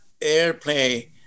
airplay